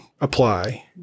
apply